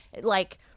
Like-